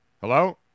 Hello